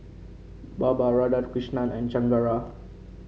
Baba Radhakrishnan and Chengara